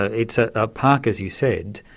ah it's ah a park, as you said,